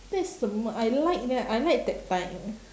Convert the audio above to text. that's the m~ I like ya I like that time